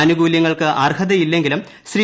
ആനുകൂല്യങ്ങൾക്ക് അർഹതയില്ലെങ്കിലും ശ്രീ